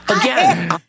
again